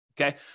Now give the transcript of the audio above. okay